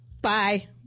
Bye